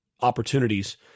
opportunities